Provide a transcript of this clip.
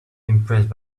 impressed